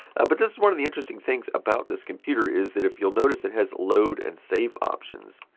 but this is one of the interesting things about this computer is that if you'll notice it has load and save options.